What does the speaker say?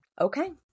Okay